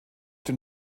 dem